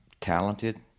talented